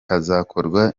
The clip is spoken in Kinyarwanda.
hazakorwa